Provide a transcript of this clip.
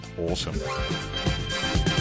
awesome